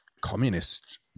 communist